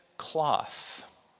cloth